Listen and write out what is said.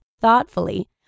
thoughtfully